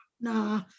nah